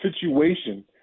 situation